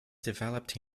developed